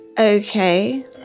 okay